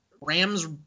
Rams